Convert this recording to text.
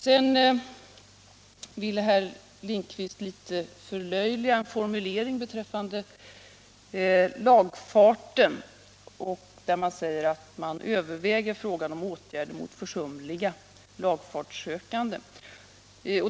Sedan vill herr Lindkvist litet förlöjliga en formulering beträffande lagfarten, där det sägs att man överväger frågan om åtgärder mot försumliga lagfartssökande.